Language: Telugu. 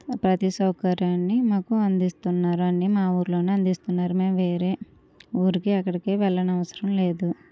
ప్రతి సౌకర్యాన్ని మాకు అందిస్తున్నారు అన్నీ మా ఊర్లోనే అందిస్తున్నారు మేము వేరే ఊరికి ఎక్కడికి వెళ్ళనవసరం లేదు